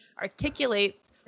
articulates